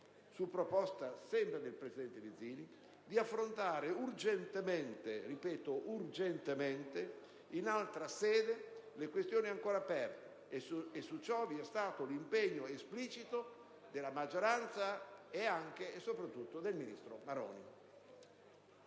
su proposta sempre del presidente Vizzini, di affrontare urgentemente - ripeto: urgentemente - in altra sede le questioni ancora aperte, e su ciò vi è stato l'impegno esplicito della maggioranza e anche e soprattutto del ministro Maroni.